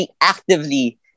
actively